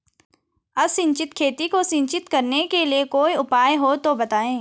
असिंचित खेती को सिंचित करने के लिए कोई उपाय हो तो बताएं?